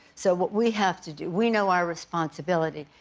so what we have to do, we know our responsibility,